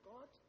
God